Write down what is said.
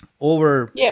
over